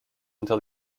until